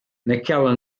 naquela